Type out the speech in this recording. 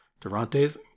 Durantes